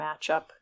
matchup